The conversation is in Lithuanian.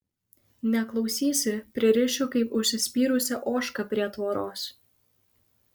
neklausysi pririšiu kaip užsispyrusią ožką prie tvoros